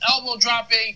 elbow-dropping